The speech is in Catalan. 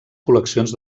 col·leccions